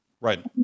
right